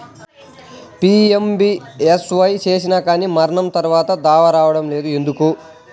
PMBSY చేసినా కానీ మరణం తర్వాత దావా రావటం లేదు ఎందుకు?